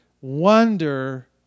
wonder